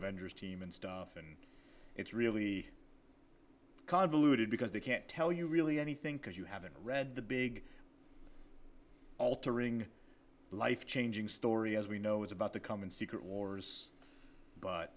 avengers team and stuff and it's really convoluted because they can't tell you really anything because you haven't read the big altering life changing story as we know is about to come in secret wars but